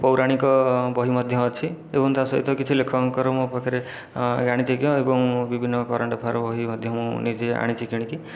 ପୌରାଣିକ ବହି ମଧ୍ୟ ଅଛି ଏବଂ ତା'ସହିତ କିଛି ଲେଖକଙ୍କର ମୋ ପାଖରେ ଗାଣିତିଜ୍ଞ ଏବଂ ବିଭିନ୍ନ କରେଣ୍ଟ ଆଫୟାର୍ ବହି ମଧ୍ୟ ମୁଁ ନିଜେ ଆଣିଛି କିଣିକି